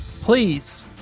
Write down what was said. Please